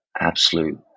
absolute